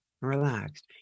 relaxed